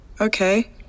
Okay